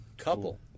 couple